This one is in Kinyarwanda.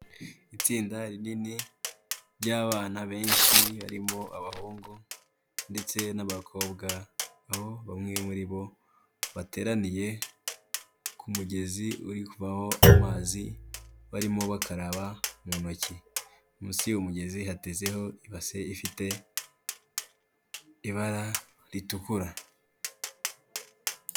Itsinda rinini ry'abana benshi, harimo abahungu ndetse n'abakobwa, aho bamwe muri bo, bateraniye ku mugezi uri kuvaho amazi barimo bakaraba mu ntoki. Munsi y'umugezi hatezeho ibase ifite ibara ritukura.